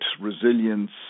resilience